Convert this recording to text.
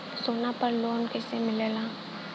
सोना पर लो न कइसे मिलेला?